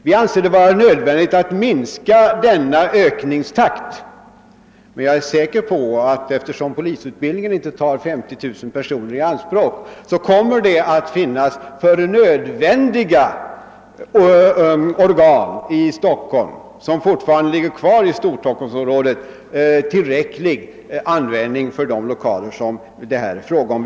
Vi anser det vara nödvändigt att minska denna ökningstakt. Men eftersom polisutbildningen inte tar 50 000 personer i anspråk, är jag säker på att det för de nödvändiga organ, som fortfarande ligger kvar i Storstockholmsområdet, kommer att finna tillräcklig användning för de lokaler det här är fråga om.